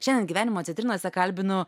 šiandien gyvenimo citrinose kalbinu